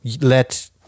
let-